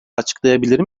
açıklayabilir